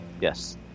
yes